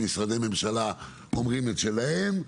משרדי ממשלה אומרים את שלהם,